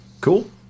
cool